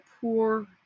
poor